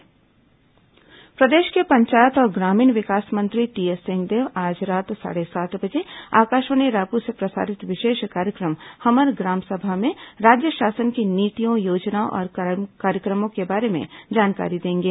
हुमर ग्राम सभा प्रदेश के पंचायत और ग्रामीण विकास मंत्री टीएस सिंहदेव आज रात साढ़े सात बजे आकाशवाणी रायपुर से प्रसारित विशेष कार्यक्रम हमर ग्राम सभा में राज्य शासन की नीतियों योजनाओं और कार्यक्रमों के बारे में जानकारी देंगे